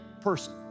person